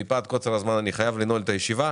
מפאת קוצר הזמן אניח חייב לנעול את הישיבה.